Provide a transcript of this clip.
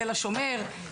תל השומר,